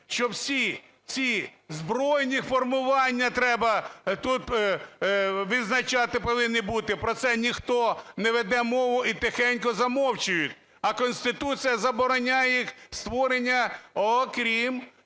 що всі ці збройні формування треба, тут відзначати повинні бути. Про це ніхто не веде мову і тихенько замовчують, а Конституція забороняє їх створення, окрім